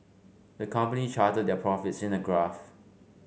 the company charted their profits in a graph